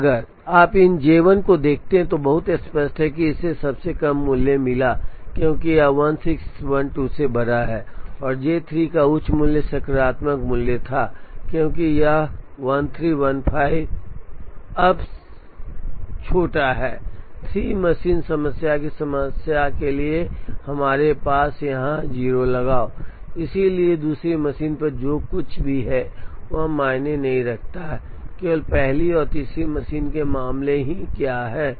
अब अगर आप इन J1 को देखते हैं तो यह बहुत स्पष्ट है कि इसे सबसे कम मूल्य मिला क्योंकि यह 16 12 से बड़ा है और J3 का उच्च मूल्य सकारात्मक मूल्य था क्योंकि यह 13 15Now से छोटा है 3 मशीन समस्या के लिए हमारे पास है यहां 0 लगाओ इसलिए दूसरी मशीन पर जो कुछ भी है वह मायने नहीं रखता केवल पहली और तीसरी मशीन के मामले में ही क्या है